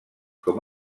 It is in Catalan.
com